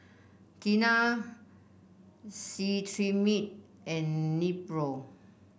Tena Cetrimide and Nepro